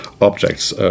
objects